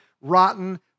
rotten